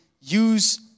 use